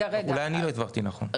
אולי אני לא הבהרתי נכון.